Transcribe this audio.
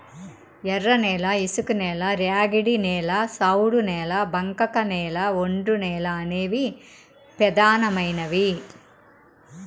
ఎర్రనేల, ఇసుకనేల, ర్యాగిడి నేల, సౌడు నేల, బంకకనేల, ఒండ్రునేల అనేవి పెదానమైనవి